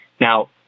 Now